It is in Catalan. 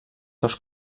dos